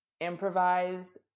improvised